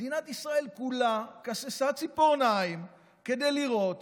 מדינת ישראל כולה כססה ציפורניים כדי לראות